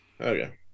Okay